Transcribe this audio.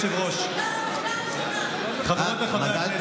אדוני היושב-ראש, חברות וחברי הכנסת.